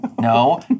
No